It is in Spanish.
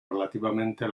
relativamente